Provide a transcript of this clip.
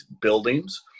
buildings